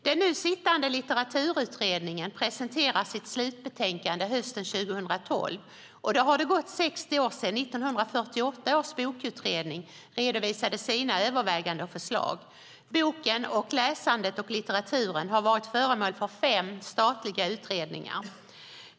Den nu sittande Litteraturutredningen presenterar sitt slutbetänkande hösten 2012, och då har det gått 60 år sedan 1948 års bokutredning redovisade sina överväganden och förslag. Boken, läsandet och litteraturen har varit föremål för fem statliga utredningar.